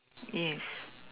yes